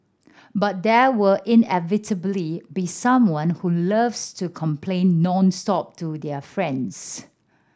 but there will inevitably be someone who loves to complain nonstop to their friends